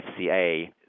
FCA